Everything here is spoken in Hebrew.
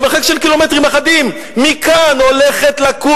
במרחק של קילומטרים אחדים מכאן הולכת לקום